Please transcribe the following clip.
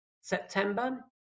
september